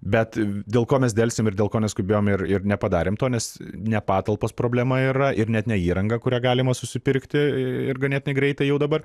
bet dėl ko mes delsėm ir dėl ko neskubėjom ir ir nepadarėm to nes ne patalpos problema yra ir net ne įrangą kurią galima susipirkti ir ganėtinai greitai jau dabar